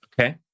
Okay